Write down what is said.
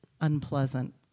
unpleasant